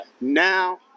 now